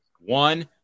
One